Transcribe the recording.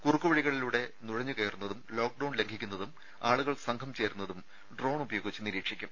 കുറുക്കുവഴികളിലൂടെ നുഴഞ്ഞു കയറുന്നതും ലോക്ക്ഡൌൺ ലംഘിക്കുന്നതും ആളുകൾ സംഘം ചേരുന്നതും ഡ്രോൺ ഉപയോഗിച്ച് നിരീക്ഷിക്കും